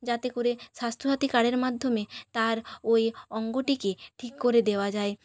যাতে করে স্বাস্থ্যসাথী কার্ডের মাধ্যমে তার ওই অঙ্গটিকে ঠিক করে দেওয়া যায়